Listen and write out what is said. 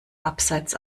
abseits